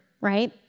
right